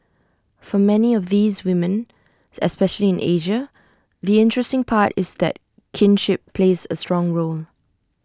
for many of these women especially in Asia the interesting part is that kinship plays A strong role